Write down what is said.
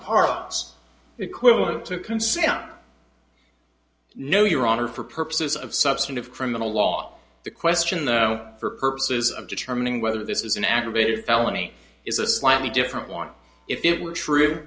parlance equivalent to consent no your honor for purposes of substantive criminal law the question now for purposes of determining whether this is an aggravated felony is a slightly different one if it were tr